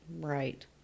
Right